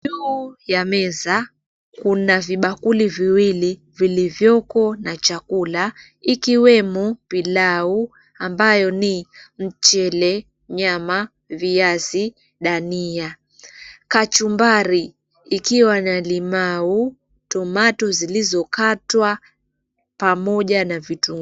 Juu ya meza kuna vibakuli viwili vilivyoko na chakula ikiwemo pilau ambayo ni mchele, nyama, viazi, dania. Kachumbari ikiwa na limau, tomato zilizokatwa pamoja na vitunguu.